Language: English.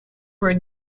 were